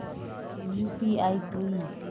UPI कोई